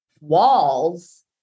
walls